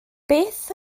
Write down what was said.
beth